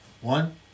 One